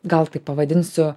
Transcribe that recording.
gal taip pavadinsiu